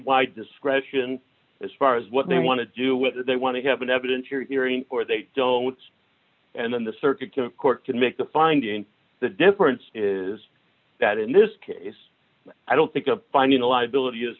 wide discretion as far as what they want to do with it they want to have an evidentiary hearing or they don't and then the circuit court can make the finding the difference is that in this case i don't think of finding a liability is